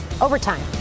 Overtime